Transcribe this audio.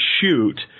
shoot